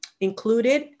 included